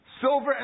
Silver